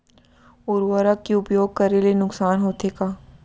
उर्वरक के उपयोग करे ले नुकसान होथे का?